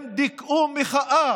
הם דיכאו מחאה